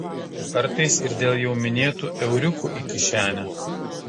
kartais ir dėl jau minėtų euriukų į kišenę